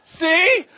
See